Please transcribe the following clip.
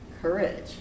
courage